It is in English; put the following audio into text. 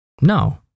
No